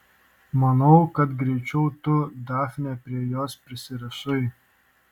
manau kad greičiau tu dafne prie jos prisirišai